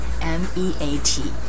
m-e-a-t